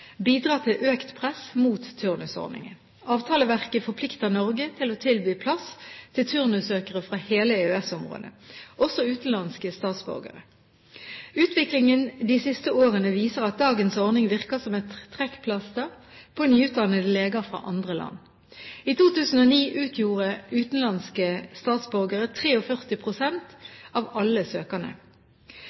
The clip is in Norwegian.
bidrar til økt press mot turnusordningen. Avtaleverket forplikter Norge til å tilby plass til turnussøkere fra hele EØS-området, også utenlandske statsborgere. Utviklingen de siste årene viser at dagens ordning virker som et trekkplaster på nyutdannede leger fra andre land. I 2009 utgjorde utenlandske statsborgere 43 pst. av alle